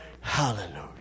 Hallelujah